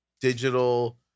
digital